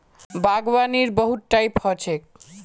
बागवानीर बहुत टाइप ह छेक